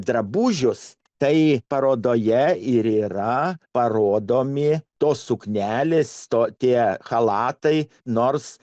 drabužius tai parodoje ir yra parodomi tos suknelės to tie chalatai nors